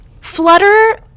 flutter